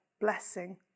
blessing